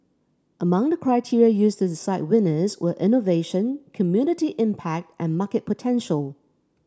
among the criteria used to decide winners were innovation community impact and market potential